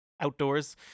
outdoors